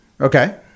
Okay